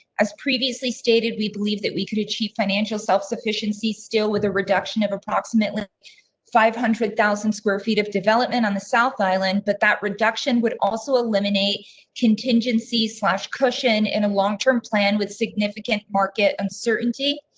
as previously stated, we believe that we could achieve financial self sufficiency, still with a reduction of approximately five hundred thousand square feet of development on the south island. but that reduction would also eliminate contingency slash cushion and a long term plan with significant market uncertainty.